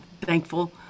thankful